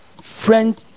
French